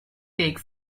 take